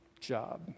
job